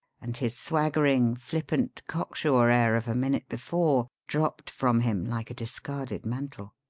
and his swaggering, flippant, cocksure air of a minute before dropped from him like a discarded mantle.